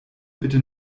bitte